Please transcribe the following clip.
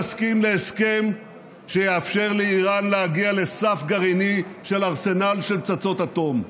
לא נסכים להסכם שיאפשר לאיראן להגיע לסף גרעיני של ארסנל של פצצות אטום,